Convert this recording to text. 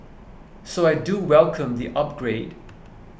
so I do welcome the upgrade